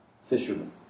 fishermen